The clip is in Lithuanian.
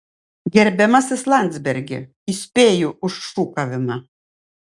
gerbiamasis landsbergi įspėju už šūkavimą